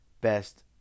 best